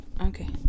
Okay